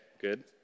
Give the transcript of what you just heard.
good